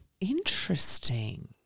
Interesting